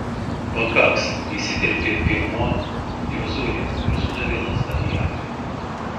pakaks įsiterpė piemuo jozuė ir sudavė lazda į akmenį